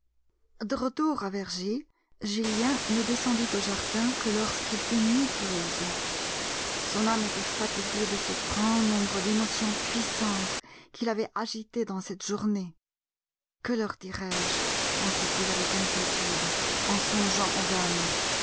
de retour à vergy julien ne descendit au jardin que lorsqu'il fut nuit close son âme était fatiguée de ce grand nombre d'émotions puissantes qui l'avaient agité dans cette journée que leur dirai-je pensait-il avec inquiétude en songeant aux dames